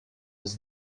was